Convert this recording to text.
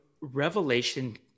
revelation